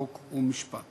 חוק ומשפט